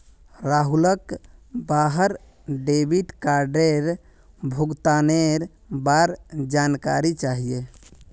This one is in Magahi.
राहुलक वहार डेबिट कार्डेर भुगतानेर बार जानकारी चाहिए